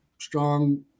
strong